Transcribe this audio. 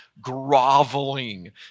Groveling